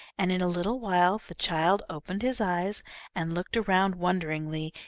and in a little while the child opened his eyes and looked around wonderingly.